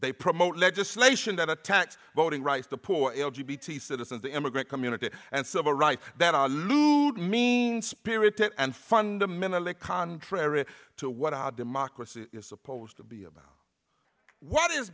they promote legislation that attacks voting rights the poor citizens the immigrant community and civil rights that are mean spirited and fundamentally contrary to what i democracy is supposed to be about what i